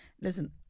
Listen